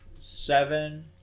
Seven